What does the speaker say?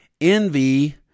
Envy